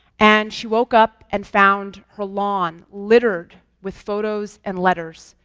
and she woke up and found her lawn littered with photos and letters,